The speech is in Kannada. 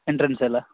ಎಂಟ್ರನ್ಸ್ ಎಲ್ಲ